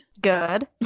Good